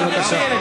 בבקשה.